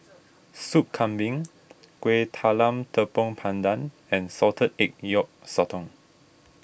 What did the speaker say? Soup Kambing Kueh Talam Tepong Pandan and Salted Egg Yolk Sotong